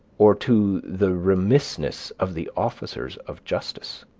or to the remissness of the officers of justice?